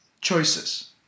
choices